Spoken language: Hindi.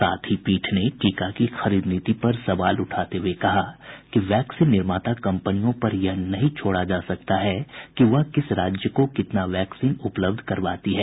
साथ ही पीठ ने टीका की खरीद नीति पर सवाल उठाते हुए कहा कि वैक्सीन निर्माता कंपनियों पर यह नहीं छोड़ा जा सकता है कि वह किस राज्य को कितना वैक्सीन उपलब्ध करवाती है